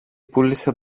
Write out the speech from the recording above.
πούλησε